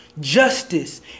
justice